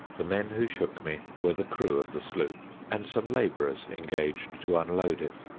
the men who shook me were the crew of the sloop, and some laborers engaged to unload it.